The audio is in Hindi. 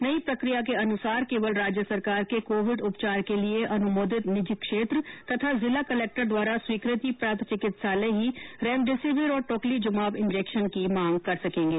नई प्रक्रिया के अनुसार केवल राज्य सरकार के कोविड उपचार के लिए अनुमोदित निजी क्षेत्र अथवा जिला कलक्टर द्वारा स्वीकृति प्राप्त चिकित्सालय रेमडेसिविर और टोक्लीजुमाब इंजेक्शन की मांग कर सकेंगे